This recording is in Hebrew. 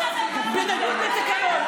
בניגוד לתקנון.